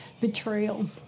betrayal